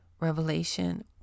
revelation